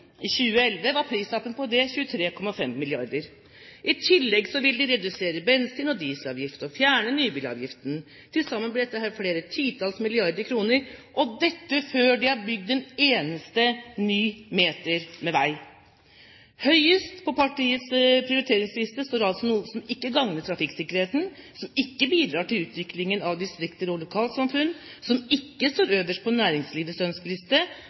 I 2011 var prislappen på det 23,5 mrd. kr. I tillegg vil de redusere bensin- og dieselavgift og fjerne nybilavgiften. Til sammen blir dette flere titalls milliarder kroner, og dette før de har bygd en eneste ny meter med vei. Høyest på partiets prioriteringsliste står altså noe som ikke gagner trafikksikkerheten, som ikke bidrar til utviklingen av distrikter og lokalsamfunn, som ikke står øverst på næringslivets ønskeliste,